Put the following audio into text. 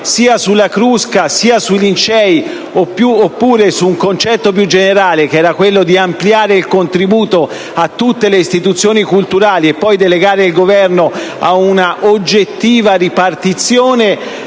della Crusca e su quella dei Lincei, ovvero su un concetto più generale, quello di ampliare il contributo a tutte le istituzioni culturali per poi delegare al Governo un'oggettiva ripartizione